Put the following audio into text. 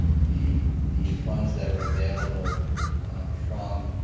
the the funds that are available from